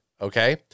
Okay